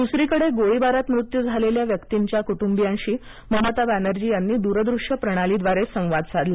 दुसरीकडे गोळीबारात मृत्यू झालेल्या व्यक्तींच्या कुटुंबीयांशी ममता बनर्जी यांनी दूरदृश्य प्रणालीद्वारे संवाद साधला